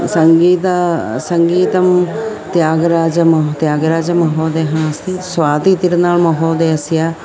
सङ्गीतं सङ्गीतं त्यागराजमहा त्यागराजमहोदयः अस्ति स्वातीतिरुनाळ् महोदयस्य